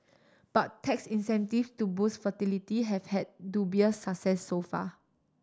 but tax incentives to boost fertility have had dubious success so far